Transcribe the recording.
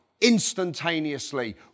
instantaneously